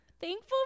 Thankful